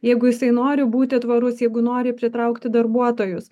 jeigu jisai nori būti tvarus jeigu nori pritraukti darbuotojus